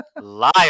Liar